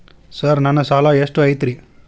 Sir ನನ್ನ ಸಾಲಾ ಎಷ್ಟು ಐತ್ರಿ?